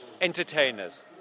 entertainers